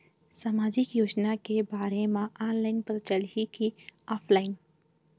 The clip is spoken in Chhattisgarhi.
सामाजिक योजना के बारे मा ऑनलाइन पता चलही की ऑफलाइन?